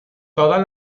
todas